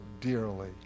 dearly